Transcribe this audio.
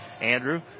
Andrew